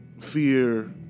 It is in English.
fear